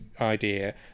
idea